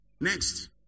Next